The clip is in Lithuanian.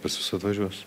pas jus atvažiuosiu